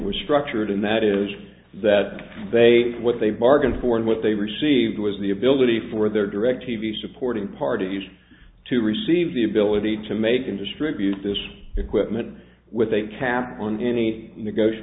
restructured and that is that they what they bargained for and what they received was the ability for their directv supporting parties to receive the ability to make and distribute this equipment with a cap on any negotiat